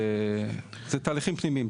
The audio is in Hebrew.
זה תהליכים פנימיים.